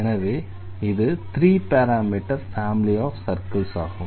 எனவே இது 3 parameter family of circles ஆகும்